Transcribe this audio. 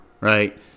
Right